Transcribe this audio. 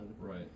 Right